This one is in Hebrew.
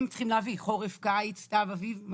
הם צריכים להביא חורף, קיץ, סתיו, אביב.